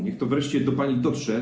Niech to wreszcie do pani dotrze.